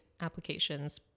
applications